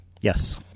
Yes